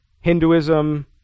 Hinduism